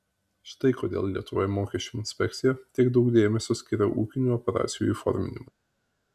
štai kodėl lietuvoje mokesčių inspekcija tiek daug dėmesio skiria ūkinių operacijų įforminimui